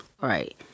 Right